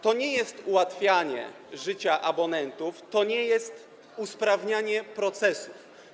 To nie jest ułatwianie życia abonentom, to nie jest usprawnianie procesów.